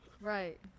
Right